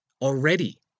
already